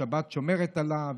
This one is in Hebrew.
השבת שומרת עליו.